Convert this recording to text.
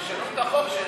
תשנו את החוק,